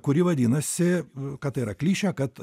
kuri vadinasi kad tai yra klišė kad